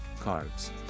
cards